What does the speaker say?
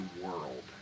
world